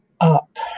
up